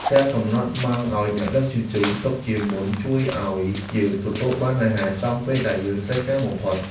ការកំណត់ម៉ោងឱ្យដឹកជញ្ជូនទុកជាមុនជួយឱ្យយើងទទួលបានអាហារចំពេលដែលយើងត្រូវការបំផុត។